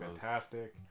fantastic